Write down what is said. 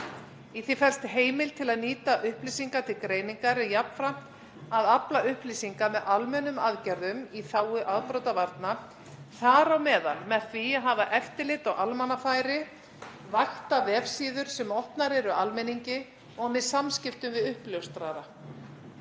Í því felst heimild til að nýta upplýsingar til greiningar en jafnframt að afla upplýsinga með almennum aðgerðum í þágu afbrotavarna, þar á meðal með því að hafa eftirlit á almannafæri, vakta vefsíður sem opnar eru almenningi og með samskiptum við uppljóstrara.